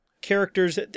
characters